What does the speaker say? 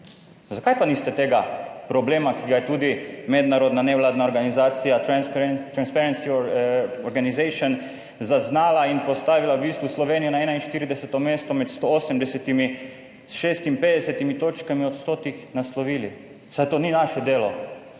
Zakaj pa niste tega problema, ki ga je tudi mednarodna nevladna organizacija Transparency Organization zaznala in postavila v bistvu Slovenijo na 41. mesto med 180, s 56 točkami od stotih, naslovili? Saj to ni naše delo.